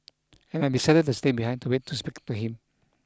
and I decided to stay behind to wait to speak to him